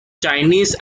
chinese